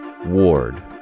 Ward